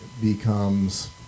becomes